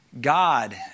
God